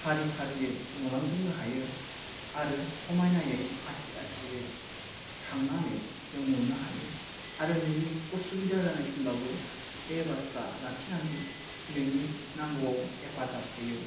फारि फारियै नुलांजोबनो हायो आरो समायनायै आसथे आसथेयै थांनानै जों नुनो हायो आरो नोंनि उसिबिदा जानाय समब्लाबो बे बासआ लाखिनानै नोंनि नांगौआव हेफाजाब होयो